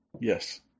Yes